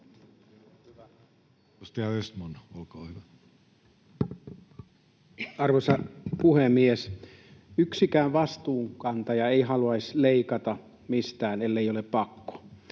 Arvoisa puhemies! Yksikään vastuunkantaja ei haluaisi leikata mistään, ellei ole pakko.